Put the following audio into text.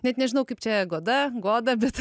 net nežinau kaip čia goda goda bet